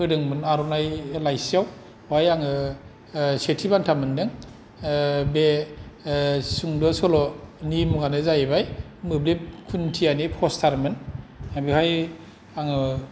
होदोंमोन आर'नाय लाइसियाव बेवहाय आङो सेथि बान्था मोनदों बे सुंद' सल'नि मुङानो जाहैबाय मोब्लिब खुन्थियानि फसटारमोन दा बेवहाय आङो